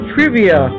Trivia